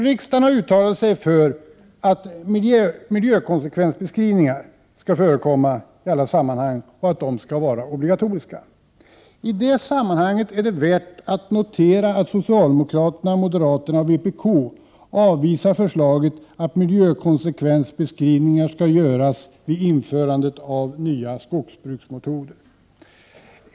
Riksdagen har uttalat sig för att miljökonsekvensbeskrivningar skall vara obligatoriska. I det sammanhanget är det värt att notera att socialdemokraterna, moderaterna och vpk avvisar förslaget att miljökonsekvensbeskrivningar skall göras vid införandet av nya skogsbruksmetoder.